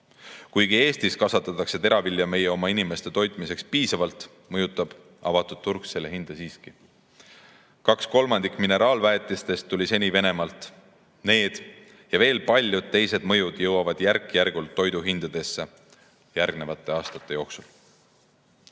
Kuigi Eestis kasvatatakse teravilja meie oma inimeste toitmiseks piisavalt, mõjutab avatud turg selle hinda siiski. Kaks kolmandikku mineraalväetistest tuli seni Venemaalt. Need ja veel paljud teised mõjud jõuavad järk-järgult toiduhindadesse järgnevate aastate jooksul. Eestis